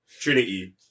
Trinity